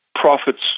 profits